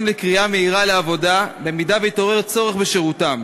לקריאה מהירה לעבודה במידה שיתעורר צורך בשירותם.